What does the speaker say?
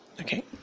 okay